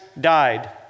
died